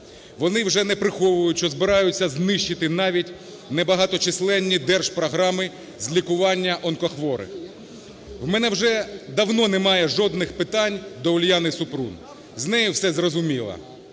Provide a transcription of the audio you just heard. Вони вже не приховують, що збираються знищити навіть небагаточисленні держпрограми з лікування онкохворих. В мене вже давно немає жодних питань до Уляни Супрун, з нею все зрозуміло.